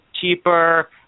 cheaper